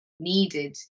Needed